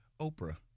Oprah